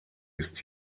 ist